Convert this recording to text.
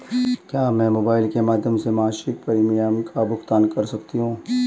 क्या मैं मोबाइल के माध्यम से मासिक प्रिमियम का भुगतान कर सकती हूँ?